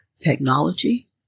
technology